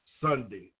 Sunday